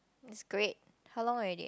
it's great how long already